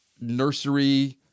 nursery